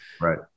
Right